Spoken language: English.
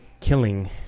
killing